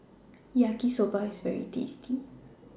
Yaki Soba IS very tasty